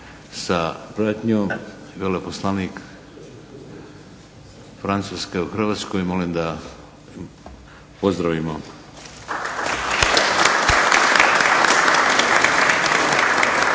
sa pratnjom i veleposlanik Francuske u Hrvatskoj. Molim da pozdravimo!